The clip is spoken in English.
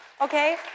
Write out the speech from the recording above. okay